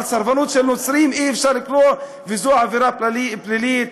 אבל לסרבנות של נוצרים אי-אפשר לקרוא וזאת עבירה פלילית?